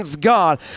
God